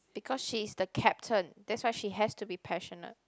because she is the captain that's why she has to be passionate